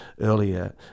earlier